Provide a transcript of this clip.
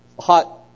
hot